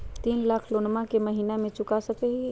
तीन लाख लोनमा को महीना मे चुका सकी हय?